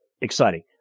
exciting